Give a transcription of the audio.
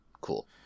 Cool